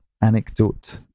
anecdote